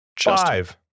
Five